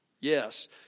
Yes